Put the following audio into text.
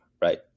right